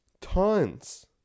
Tons